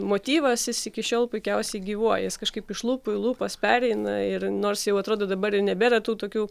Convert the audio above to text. motyvas jis iki šiol puikiausiai gyvuoja jis kažkaip iš lūpų į lūpas pereina ir nors jau atrodo dabar jau nebėra tų tokių